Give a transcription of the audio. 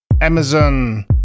Amazon